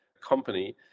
company